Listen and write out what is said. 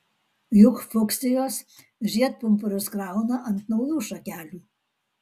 juk fuksijos žiedpumpurius krauna ant naujų šakelių